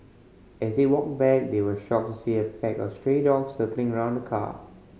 as they walked back they were shocked to see a pack of stray dogs circling around the car